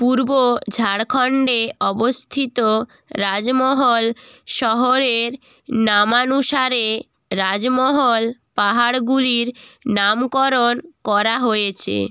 পূর্ব ঝাড়খণ্ডে অবস্থিত রাজমহল শহরের নামানুসারে রাজমহল পাহাড়গুলির নামকরণ করা হয়েছে